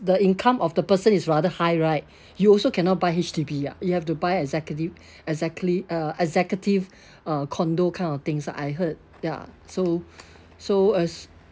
the income of the person is rather high right you also cannot buy H_D_B ya you have to buy executive exactly uh executive uh condo kind of things ah I heard ya so so as